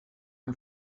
una